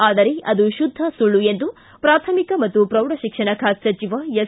ಆದರೆ ಅದು ಶುದ್ಧ ಸುಳ್ಳು ಎಂದು ಪ್ರಾಥಮಿಕ ಮತ್ತು ಪ್ರೌಢ ಶಿಕ್ಷಣ ಖಾತೆ ಸಚಿವ ಎಸ್